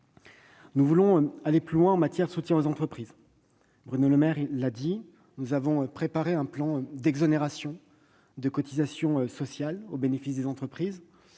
Nous voulons également aller plus loin en matière de soutien aux entreprises. Bruno Le Maire l'a dit, nous avons préparé un plan d'exonération des cotisations sociales au bénéfice des entreprises,